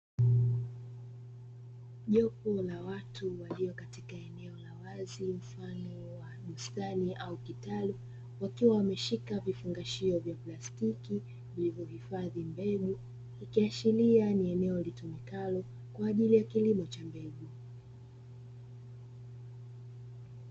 Jopo la watu waliopo katika eneo la wazi mfano wa bustani au kitalu, wakiwa wameshika vifungashio vya plastiki vya kuhifadhi mbegu, ikiashiria ni eneo litumikalo kwa ajili ya kilimo cha mbegu.